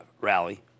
Rally